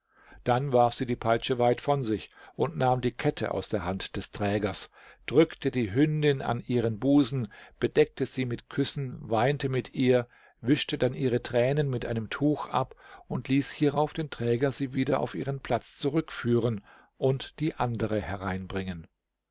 dann warf sie die peitsche weit von sich und nahm die kette aus der hand des trägers drückte die hündin an ihren busen bedeckte sie mit küssen weinte mit ihr wischte dann ihre tränen mit einem tuch ab und ließ hierauf den träger sie wieder auf ihren platz zurückführen und die andere hereinbringen